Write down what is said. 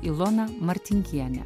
iloną martinkienę